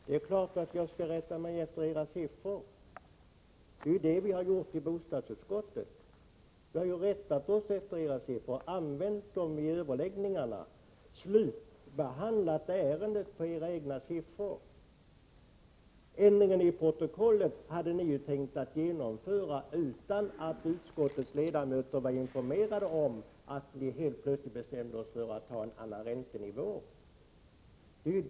Herr talman! Det är klart att jag skall rätta mig efter era siffror. Det är ju vad vi har gjort också i bostadsutskottet. Vi har använt era siffror i överläggningarna, och vi har slutbehandlat ärendet på grundval av era egna siffror. Ändringen i protokollet hade ni tänkt genomföra utan att utskottets ledamöter var informerade om att ni helt plötsligt bestämde er för att använda en annan räntenivå.